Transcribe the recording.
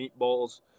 meatballs